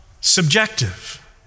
subjective